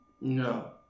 No